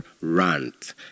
Rant